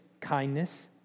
kindness